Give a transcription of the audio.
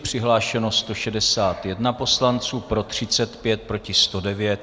Přihlášeno 161 poslanců, pro 35, proti 109.